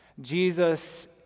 Jesus